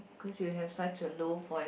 cause you have such a low voice